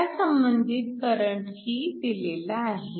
त्या संबंधित करंटही दिलेला आहे